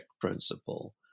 principle